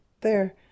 There